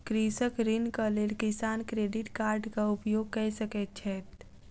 कृषक ऋणक लेल किसान क्रेडिट कार्डक उपयोग कय सकैत छैथ